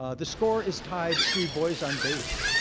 ah the score is tied three boys on base.